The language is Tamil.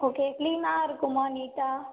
ஓகே கிளீன்னாக இருக்குமா நீட்டாக